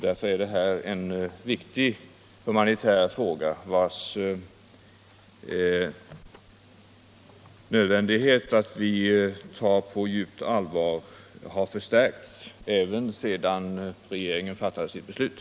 Därför är detta en viktig humanitär fråga, och det har sedan regeringen fattade sitt beslut blivit ännu nödvändigare att ta den på djupt allvar.